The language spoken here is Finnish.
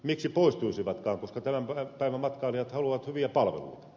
miksi poistuisivatkaan koska tämän päivän matkailijat haluavat hyviä palveluita